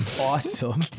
awesome